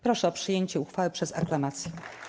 Proszę o przyjęcie uchwały przez aklamację.